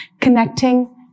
connecting